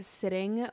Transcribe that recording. sitting